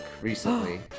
recently